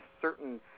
certain